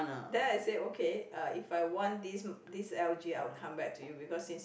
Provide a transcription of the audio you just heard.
then I say okay uh if I want this this L_G I'll come back to you because since you